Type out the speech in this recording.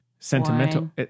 sentimental